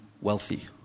wealthy